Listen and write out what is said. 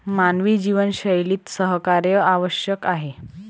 मानवी जीवनशैलीत सहकार्य आवश्यक आहे